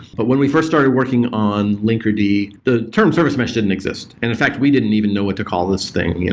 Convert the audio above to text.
but when we first started working on linkerd, the the term service mesh didn't exist. and in fact we didn't even know what to call this thing.